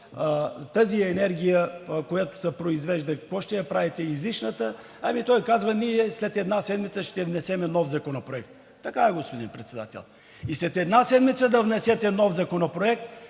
тази енергия, която се произвежда – излишната, какво ще я правите?“ Той казва: „Ние след една седмица ще внесем нов законопроект.“ Така е, господин Председател. И след една седмица да внесете нов законопроект,